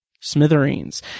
smithereens